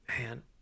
man